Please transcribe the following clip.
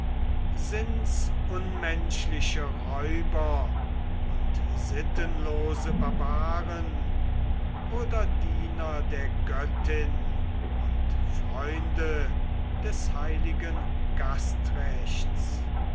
ob unmenschliche räuber und sittenlose barbaren oder diener der götter und freunde des heiligen